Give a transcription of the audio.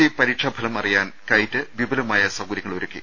C പരീക്ഷാഫലം അറിയാൻ KITE വിപുലമായ സൌകര്യങ്ങളൊരുക്കി